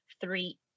three